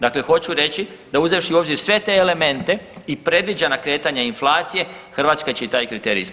Dakle, hoću reći da uzevši u obzir sve te elemente i predviđena kretanja inflacije Hrvatska će i taj kriterij ispuniti.